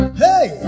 hey